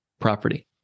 property